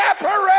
separate